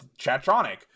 chatronic